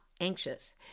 anxious